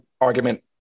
argument